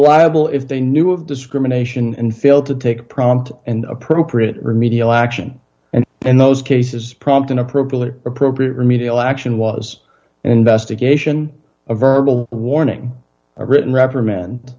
liable if they knew of discrimination and failed to take prompt and appropriate remedial action and in those cases prompt an appropriate appropriate remedial action was an investigation a verbal warning a written reprimand